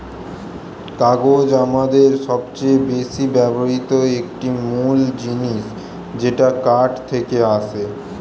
কাগজ আমাদের সবচেয়ে বেশি ব্যবহৃত একটি মূল জিনিস যেটা কাঠ থেকে আসে